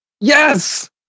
Yes